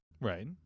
Right